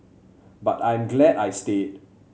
but I'm glad I stayed